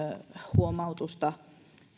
huomautusta